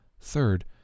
third